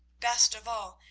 best of all,